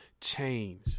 change